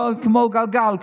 כמו גלגל,